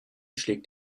schlägt